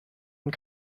and